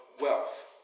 wealth